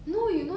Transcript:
so like